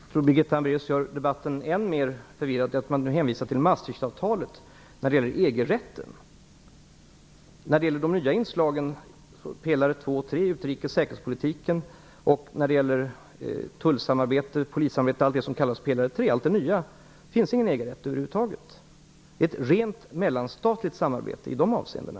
Fru talman! Birgitta Hambraeus gör debatten än mer förvirrad genom att nu hänvisa till Maastrichtavtalet när det gäller EG-rätten. I de nya inslagen, pelare 2 och 3, dvs. utrikes och säkerhetspolitiken respektive tullsamarbete, polissamarbete m.m., finns det ingen EU-rätt över huvud taget. Det är ett rent mellanstatligt samarbete i de avseendena.